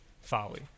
folly